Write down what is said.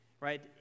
Right